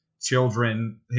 children